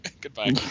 Goodbye